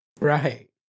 Right